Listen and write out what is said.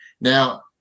Now